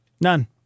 None